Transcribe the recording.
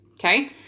Okay